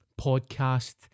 podcast